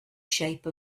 shape